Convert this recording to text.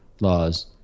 laws